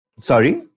Sorry